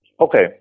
Okay